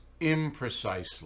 imprecisely